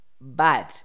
bad